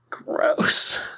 Gross